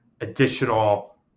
additional